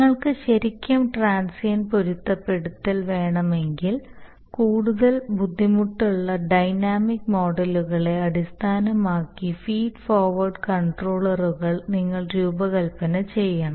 നിങ്ങൾക്ക് ശരിക്കും ട്രാൻസിയൻറ്റ് പൊരുത്തപ്പെടുത്തൽ വേണമെങ്കിൽ കൂടുതൽ ബുദ്ധിമുട്ടുള്ള ഡൈനാമിക് മോഡലുകളെ അടിസ്ഥാനമാക്കി ഫീഡ് ഫോർവേഡ് കണ്ട്രോളറുകൾ നിങ്ങൾ രൂപകൽപ്പന ചെയ്യണം